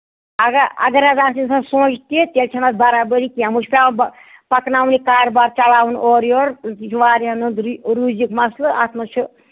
اَگر اَگر حظ اَتھ اِنسان سونچہِ تہِ تیٚلہِ چھِ نہٕ اَتھ برابٔری کیٚنہہ وۄنۍ چھُ پٮ۪وان پَکناوُن یہِ کاروبار چلاوُن اورٕ یورٕ یہِ چھُ واریاہَن ہُند روٗزِک مَسلہٕ اَتھ منٛز چھُ